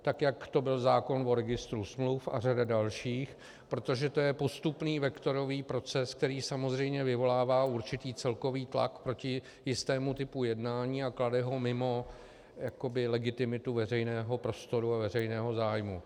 Tak jak to byl zákon o registru smluv a řada dalších, protože to je postupný vektorový proces, který samozřejmě vyvolává určitý celkový tlak proti jistému typu jednání a klade ho mimo jakoby legitimitu veřejného prostoru a veřejného zájmu.